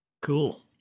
Cool